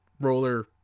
Roller